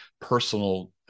personal